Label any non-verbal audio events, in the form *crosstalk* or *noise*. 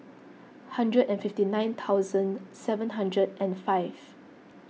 hundred and fifty nine *unintelligible* seven hundred and five